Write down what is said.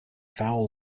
foul